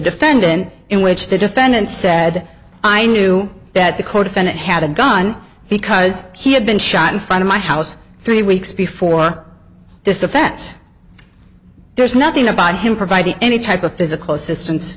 defendant in which the defendant said i knew that the codefendant had a gun because he had been shot in front of my house three weeks before this defense there's nothing about him providing any type of physical assistance